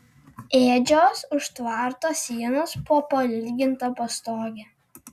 ėdžios už tvarto sienos po pailginta pastoge